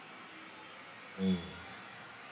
mm